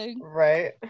right